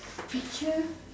picture